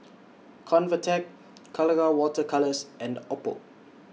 Convatec Colora Water Colours and Oppo